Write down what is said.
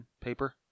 paper